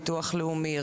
ביטוח לאומי,